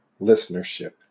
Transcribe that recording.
listenership